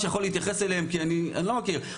יכול להתייחס אליהם כי אני לא מכיר,